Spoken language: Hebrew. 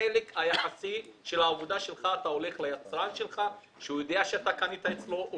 החלק היחסי של העבודה שלך אתה הולך ליצרן שלך שיודע שקנית אצלו,